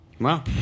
Wow